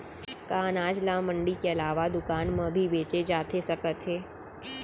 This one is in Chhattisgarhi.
का अनाज ल मंडी के अलावा दुकान म भी बेचे जाथे सकत हे?